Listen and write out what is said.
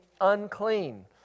unclean